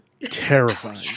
Terrifying